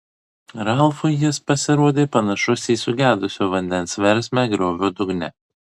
ralfui jis pasirodė panašus į sugedusio vandens versmę griovio dugne